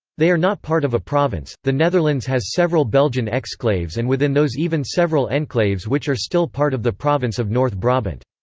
they are not part of a province the netherlands has several belgian exclaves and within those even several enclaves which are still part of the province of north brabant.